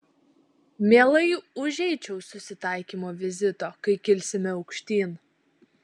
mielai užeičiau susitaikymo vizito kai kilsime aukštyn